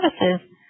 services